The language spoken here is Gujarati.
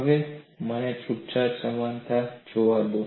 હવે મને છૂટછાટ સમાનતા જોવા દો